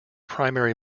primary